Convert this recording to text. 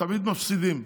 תמיד מפסידים.